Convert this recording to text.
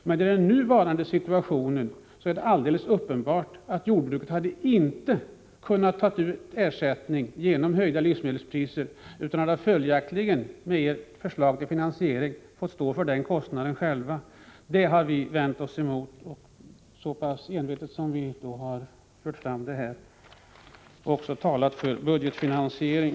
Men i nuvarande situation är det alldeles uppenbart att jordbruket inte hade kunnat ta ut ersättning genom höjda livsmedelspriser och följaktligen, med ert förslag till finansiering, självt fått stå för den kostnaden. Det har vi envetet vänt oss emot, och vi har också talat för budgetfinansiering.